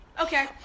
Okay